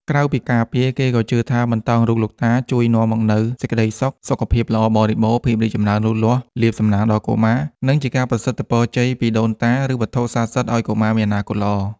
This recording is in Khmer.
ក្រៅពីការពារ គេក៏ជឿថាបន្តោងរូបលោកតាជួយនាំមកនូវសេចក្ដីសុខ សុខភាពល្អបរិបូរណ៍ ភាពចម្រើនលូតលាស់ លាភសំណាងដល់កុមារ និងជាការប្រសិទ្ធពរជ័យពីដូនតា ឬវត្ថុស័ក្តិសិទ្ធិឱ្យកុមារមានអនាគតល្អ។